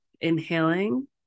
Inhaling